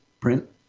print